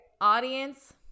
Audience